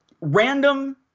random